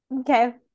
Okay